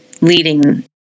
leading